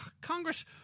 Congress